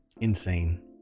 Insane